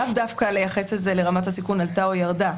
לאו דווקא לייחס את זה לרמת הסיכון שעלתה או ירדה.